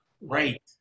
Right